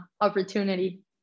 opportunity